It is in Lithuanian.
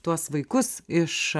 tuos vaikus iš